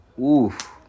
Oof